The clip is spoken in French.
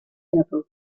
lapins